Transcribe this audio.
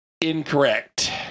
Incorrect